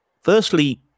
firstly